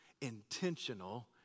intentional